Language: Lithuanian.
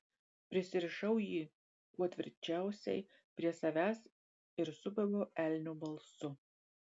prisirišau jį kuo tvirčiausiai prie savęs ir subaubiau elnio balsu